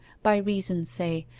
by reason, say,